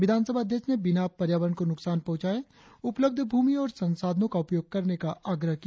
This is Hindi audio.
विधानसभा अध्यक्ष ने बिना पर्यावरण को नुकसान पहुंचाए उपलब्ध भूमि और संसाधनों का उपयोग करने का आग्रह किया